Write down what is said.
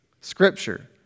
Scripture